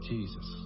Jesus